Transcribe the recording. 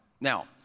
Now